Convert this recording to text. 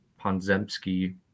Ponzemski